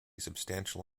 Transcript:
substantial